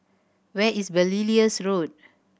where is Belilios Road